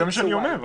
זה מה שאני אומר.